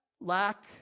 lack